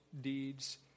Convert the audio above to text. deeds